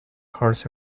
horse